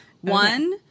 One